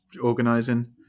organising